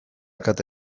kate